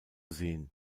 sehen